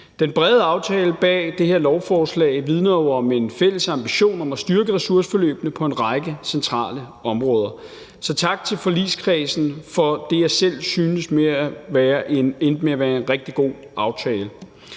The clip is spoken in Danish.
Den brede aftale bag det her lovforslag vidner jo om en fælles ambition om at styrke ressourceforløbene på en række centrale områder. Så tak til forligskredsen for det, jeg selv synes endte med at være rigtig god aftale.